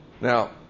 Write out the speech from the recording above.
Now